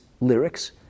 lyrics